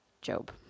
Job